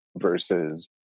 versus